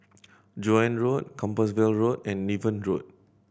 Joan Road Compassvale Road and Niven Road